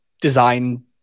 design